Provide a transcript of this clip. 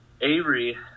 Avery